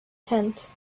tent